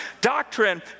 Doctrine